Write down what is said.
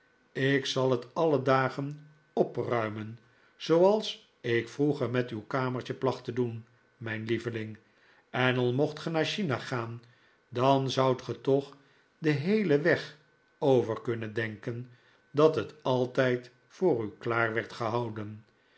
ik zal het alle dagen opruimen zooals ik vroeger met uw kamertje placht te doen mijn lieveling en al mocht ge naar china gaan dan zoudt ge toch den heelen weg over kunnen denken dat het altijd voor u klaar werd gehouden